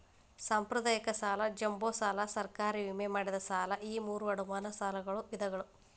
ಸಾಂಪ್ರದಾಯಿಕ ಸಾಲ ಜಂಬೋ ಸಾಲ ಸರ್ಕಾರಿ ವಿಮೆ ಮಾಡಿದ ಸಾಲ ಈ ಮೂರೂ ಅಡಮಾನ ಸಾಲಗಳ ವಿಧಗಳ